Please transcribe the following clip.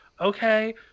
okay